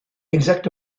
exact